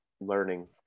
learning